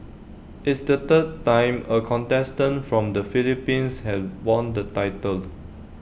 it's the third time A contestant from the Philippines have won the title